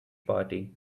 party